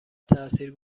تاثیر